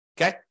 Okay